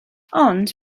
ond